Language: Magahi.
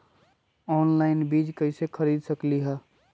ऑनलाइन बीज कईसे खरीद सकली ह?